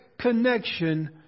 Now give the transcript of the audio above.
connection